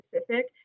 specific